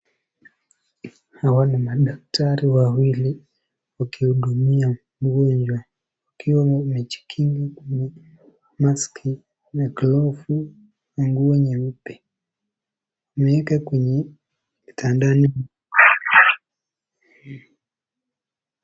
Hawa ni madaktari wawili wakihudumia mgonjwa, wakiwa wamwjikinga kwenye mask na glovu na nguo nyeupe. wameweka kwenye kitandani.